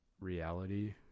reality